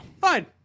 Fine